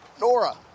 Nora